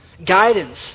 Guidance